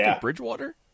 bridgewater